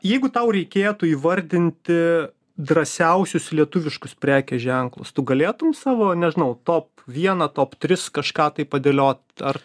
jeigu tau reikėtų įvardinti drąsiausius lietuviškus prekės ženklus tu galėtum savo nežinau top vieną top tris kažką tai padėliot ar